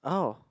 oh